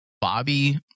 Bobby